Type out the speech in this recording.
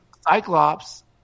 Cyclops